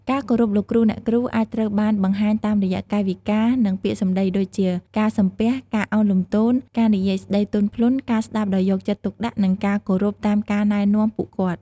ការគោរពលោកគ្រូ អ្នកគ្រូ អាចត្រូវបានបង្ហាញតាមរយៈកាយវិការ និងពាក្យសម្ដីដូចជា ការសំពះ ការឱនលំទោន ការនិយាយស្តីទន់ភ្លន់ ការស្ដាប់ដោយយកចិត្តទុកដាក់ និងការគោរពតាមការណែនាំពួកគាត់។